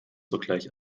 sogleich